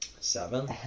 Seven